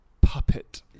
puppet